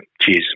Cheers